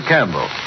Campbell